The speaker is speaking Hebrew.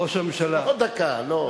ראש הממשלה, לא עוד דקה, לא.